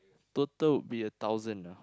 total would be a thousand